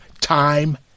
time